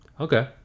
okay